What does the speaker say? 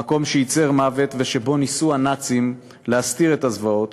המקום שייצר מוות ושבו ניסו הנאצים להסתיר את הזוועות,